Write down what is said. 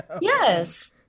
yes